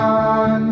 on